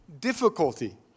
difficulty